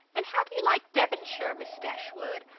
and how do you like devonshire, miss dashwood?